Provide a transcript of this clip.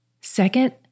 Second